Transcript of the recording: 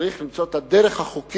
צריך למצוא את הדרך החוקית